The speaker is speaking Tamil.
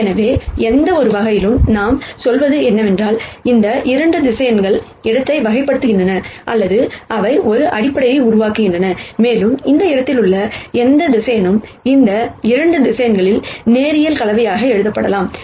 எனவே ஏதோவொரு வகையில் நாம் சொல்வது என்னவென்றால் இந்த 2 வெக்டர் இடத்தை வகைப்படுத்துகின்றன அல்லது அவை ஒரு அடிப்படையை உருவாக்குகின்றன மேலும் இந்த இடத்திலுள்ள எந்த வெக்டர் இந்த 2 வெக்டர் லீனியர் காம்பினேஷன் எழுதப்படலாம்